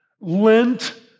lent